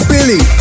Billy